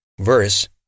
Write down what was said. verse